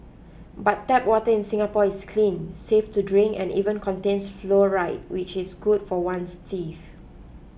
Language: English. but tap water in Singapore is clean safe to drink and even contains fluoride which is good for one's teeth